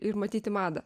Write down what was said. ir matyti madą